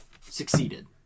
succeeded